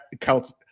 counts